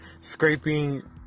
Scraping